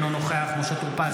אינו נוכח משה טור פז,